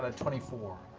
ah twenty four,